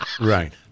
Right